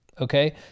okay